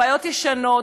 הבעיות ישנות,